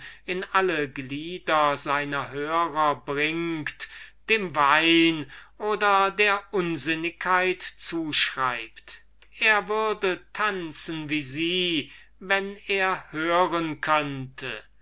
in alle glieder seiner hörer bringt dem wein oder der unsinnigkeit zuschreibt er würde tanzen wie sie wenn er hören könnte